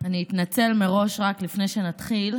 אני אתנצל מראש לפני שנתחיל.